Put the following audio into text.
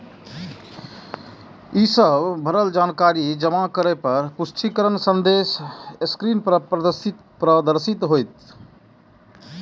ई सब भरल जानकारी जमा करै पर पुष्टिकरण संदेश स्क्रीन पर प्रदर्शित होयत